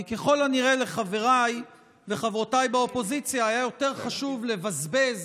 כי ככל הנראה לחבריי וחברותיי באופוזיציה היה יותר חשוב לבזבז